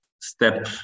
step